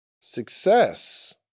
success